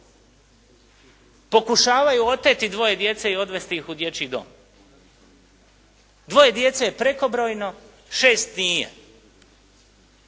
pokušavaju oteti dvoje djece i odvesti ih u dječji dom. Dvoje djece je prekobrojno, šest nije,